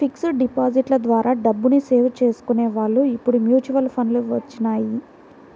fixed డిపాజిట్ల ద్వారా డబ్బుని సేవ్ చేసుకునే వాళ్ళు ఇప్పుడు మ్యూచువల్ ఫండ్లు వచ్చినియ్యి